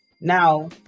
Now